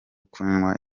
kunywa